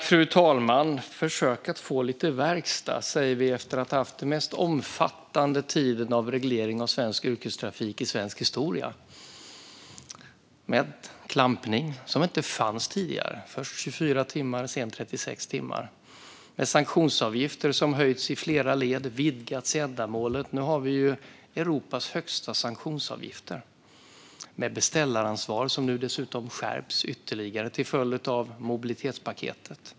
Fru talman! Försök att få lite verkstad, sägs det efter att vi har haft den mest omfattande tiden av reglering av svensk yrkestrafik i svensk historia. Det gäller klampning, som inte fanns tidigare. Först var det 24 timmar och sedan 36 timmar. Det gäller sanktionsavgifter, som höjts i flera led och vidgats i ändamålet. Nu har vi Europas högsta sanktionsavgifter. Det gäller beställaransvar, som nu dessutom skärps ytterligare till följd av mobilitetspaketet.